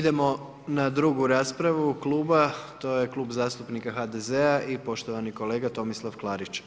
Idemo na drugu raspravu kluba, to je Klub zastupnika HDZ-a i poštovani kolega Tomislav Klarić.